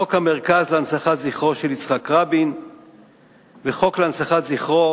חוק המרכז להנצחת זכרו של יצחק רבין והחוק להנצחת זכרו